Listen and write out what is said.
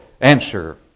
answer